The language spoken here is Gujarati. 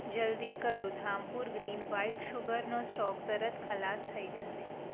જલદી કરો ધામપુર ગ્રીન વ્હાઈટ સુગરનો સ્ટોક તરત ખલાસ થઈ જશે